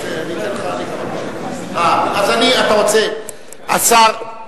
אדוני היושב-ראש, יש אפשרות להגיב על הודעת השר?